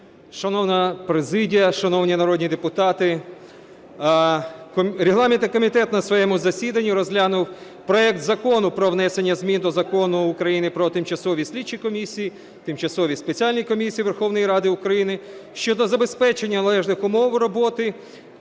Шановна президія, шановні народні депутати! Регламентний комітет на своєму засіданні розглянув проект Закону про внесення змін до Закону України "Про тимчасові слідчі комісії і тимчасові спеціальні комісії Верховної Ради України" щодо забезпечення належних умов роботи